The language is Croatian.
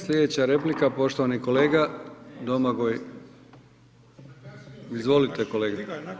Slijedeća replika poštovani kolega Domagoj, izvolite kolega.